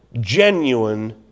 genuine